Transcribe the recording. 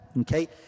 Okay